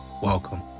welcome